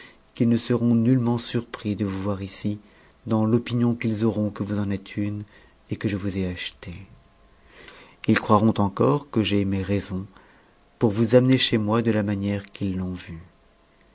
qu'ils ne seront nullementsurpris de vous voir ici dans l'opinion qu'ils auront que vous en êtes une et que je vous ai achetée ils croiront encore que j'ai eu mes raisons pour vous amener chez moi de la manière qu'ils l'ont vu